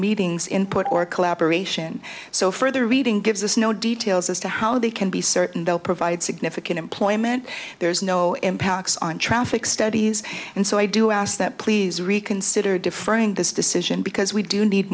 meetings input or collaboration so further reading gives us no details as to how they can be certain they'll provide significant employment there's no impacts on traffic studies and so i do ask that please reconsider deferring this decision because we do need